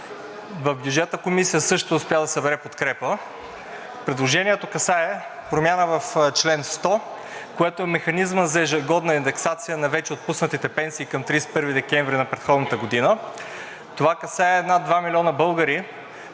В Бюджетната комисия също успя да събере подкрепа. Предложението касае промяна в чл. 100, което е механизмът за ежегодна индексация на вече отпуснатите пенсии към 31 декември на предходната година. Това касае над 2 милиона българи,